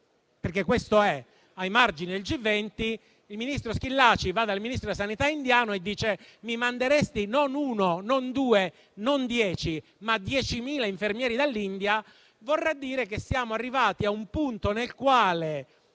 perché questo è ai margini del G20 - il ministro Schillaci è andato dal Ministro della sanità indiano e ha chiesto non uno, non due, non 10, ma 10.000 infermieri dall'India - vorrà dire che siamo arrivati a un punto nel quale